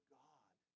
god